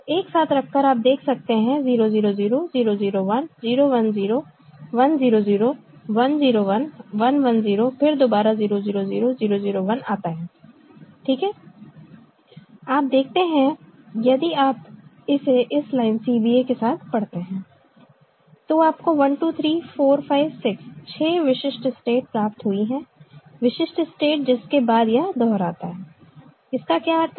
तो एक साथ रखकर आप देख सकते हैं 0 0 0 0 0 1 0 1 0 1 0 0 1 0 1 1 1 0 फिर दोबारा 0 0 0 0 01 आता है ठीक है आप देखते हैं यदि आप इसे इस लाइन CBA के साथ पढ़ते हैं तो आपको 123456 6 विशिष्ट स्टेट प्राप्त हुई हैं विशिष्ट स्टेट जिसके बाद यह दोहराता है इसका क्या अर्थ है